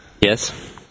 Yes